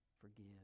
Forgive